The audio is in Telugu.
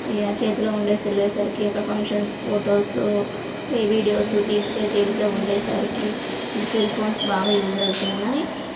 ఇగ చేతిలో ఉండేసెళ్ళే సరికి అక్కడ ఫంక్షన్స్ ఫోటోసు ఈ వీడియోసు తీస్తే తేలిక ఉండేసరికి ఈ సెల్ఫోన్స్ బాగా యూస్ అవుతున్నాయి